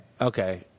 Okay